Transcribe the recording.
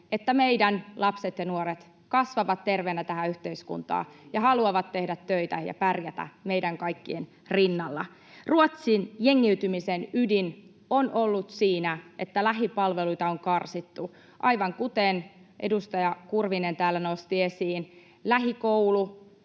että meidän lapset ja nuoret kasvavat terveenä tähän yhteiskuntaan ja haluavat tehdä töitä ja pärjätä meidän kaikkien rinnalla. Ruotsin jengiytymisen ydin on ollut siinä, että lähipalveluita on karsittu. Aivan kuten edustaja Kurvinen täällä nosti esiin, lähikoululla